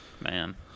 Man